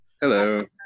hello